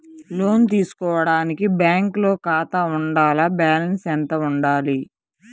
లోను తీసుకోవడానికి బ్యాంకులో ఖాతా ఉండాల? బాలన్స్ ఎంత వుండాలి?